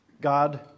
God